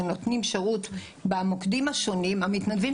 שנותנים שירות במוקדים השונים המתנדבים